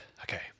okay